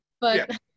but-